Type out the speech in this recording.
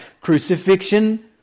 Crucifixion